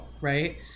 right